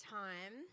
time